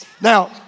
Now